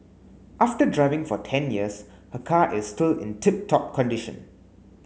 after driving for ten years her car is still in tip top condition